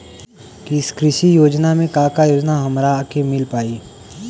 कृषि ऋण मे का का योजना हमरा के मिल पाई?